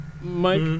Mike